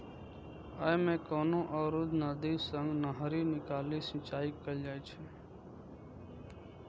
अय मे कोनो अवरुद्ध नदी सं नहरि निकालि सिंचाइ कैल जाइ छै